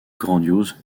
grandiose